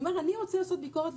הוא אומר: אני רוצה לעשות ביקורת,